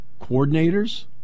coordinators